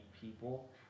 people